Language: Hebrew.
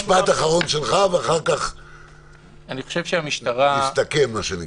משפט אחרון שלך ואחר כך נסתכם, מה שנקרא.